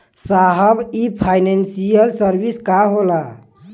साहब इ financial service का होला?